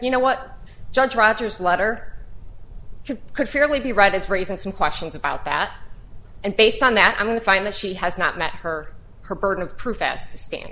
you know what judge rogers letter could fairly be right is raising some questions about that and based on that i'm going to find that she has not met her her burden of proof asked to stan